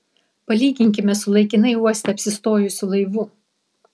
palyginkime su laikinai uoste apsistojusiu laivu